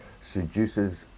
seduces